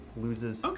loses